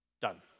Done